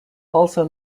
also